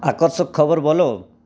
আকর্ষক খবর বলো